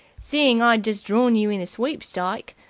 seeing i'd just drawn you in the sweepstike,